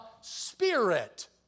Spirit